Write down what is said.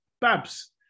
Babs